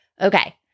Okay